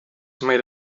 made